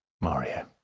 mario